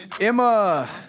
Emma